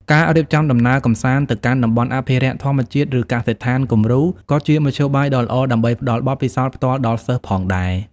ការរៀបចំដំណើរកម្សាន្តទៅកាន់តំបន់អភិរក្សធម្មជាតិ ឬកសិដ្ឋានគំរូក៏ជាមធ្យោបាយដ៏ល្អដើម្បីផ្តល់បទពិសោធន៍ផ្ទាល់ដល់សិស្សផងដែរ។